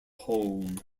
home